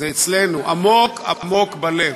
זה אצלנו עמוק עמוק בלב.